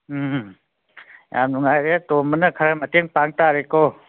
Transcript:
ꯎꯝ ꯌꯥꯝ ꯅꯨꯡꯉꯥꯏꯔꯦ ꯇꯣꯝꯕꯅ ꯈꯔ ꯃꯇꯦꯡ ꯄꯥꯡꯇꯥꯔꯦꯀꯣ